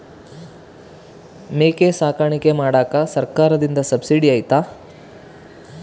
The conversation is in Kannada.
ಮೇಕೆ ಸಾಕಾಣಿಕೆ ಮಾಡಾಕ ಸರ್ಕಾರದಿಂದ ಸಬ್ಸಿಡಿ ಐತಾ?